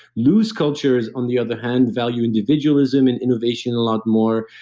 loose cultures, on the other hand, value individualism and innovation a lot more,